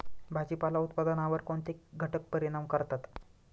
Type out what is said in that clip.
भाजीपाला उत्पादनावर कोणते घटक परिणाम करतात?